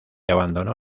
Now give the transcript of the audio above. abandonó